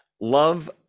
Love